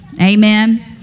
Amen